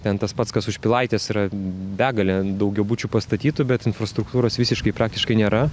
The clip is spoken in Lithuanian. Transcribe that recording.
ten tas pats kas už pilaitės yra begalė daugiabučių pastatytų bet infrastruktūros visiškai praktiškai nėra